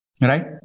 right